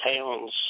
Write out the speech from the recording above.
towns